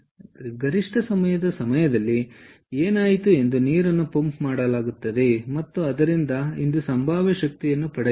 ಆದ್ದರಿಂದ ಗರಿಷ್ಠ ಸಮಯದ ಸಮಯದಲ್ಲಿ ಏನಾಯಿತು ಎಂದು ನೀರನ್ನು ಪಂಪ್ ಮಾಡಲಾಗುತ್ತದೆ ಮತ್ತು ಆದ್ದರಿಂದ ಇದು ಸಂಭಾವ್ಯ ಶಕ್ತಿಯನ್ನು ಪಡೆಯುತ್ತದೆ